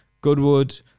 Goodwood